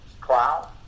cloud